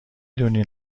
دونی